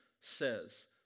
says